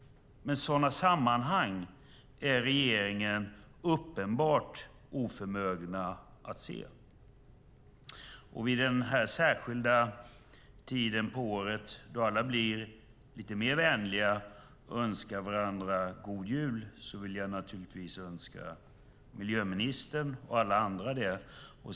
Men sådana sammanhang är regeringen uppenbart oförmögen att se. Vid den här särskilda tiden på året, då alla blir lite mer vänliga och önskar varandra god jul, vill jag naturligtvis önska miljöministern och alla andra det.